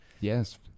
Yes